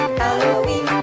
Halloween